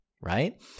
right